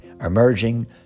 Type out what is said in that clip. emerging